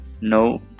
no